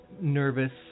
nervous